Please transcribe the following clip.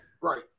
Right